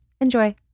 Enjoy